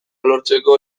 lortzeko